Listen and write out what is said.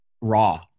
raw